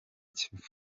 kivu